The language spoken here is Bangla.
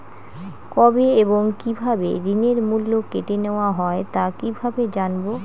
কবে এবং কিভাবে ঋণের মূল্য কেটে নেওয়া হয় তা কিভাবে জানবো?